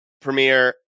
Premiere